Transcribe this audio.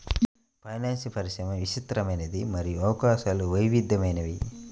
finance పరిశ్రమ విస్తృతమైనది మరియు అవకాశాలు వైవిధ్యమైనవి